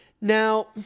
now